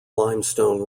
limestone